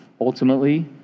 Ultimately